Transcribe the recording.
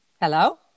Hello